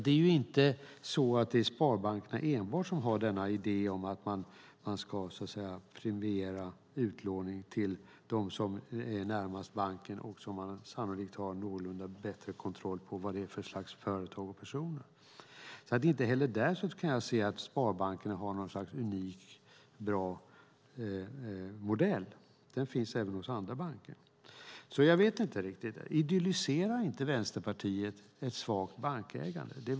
Det är alltså inte enbart sparbankerna som har idén att man ska premiera utlåning till dem som är närmast banken och som man sannolikt har någorlunda god kontroll på vad de är för företag och personer. Inte heller där kan jag se att sparbankerna har någon unik, bra modell, utan den finns även hos andra banker. Idylliserar inte Vänsterpartiet ett svagt bankägande?